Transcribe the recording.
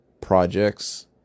projects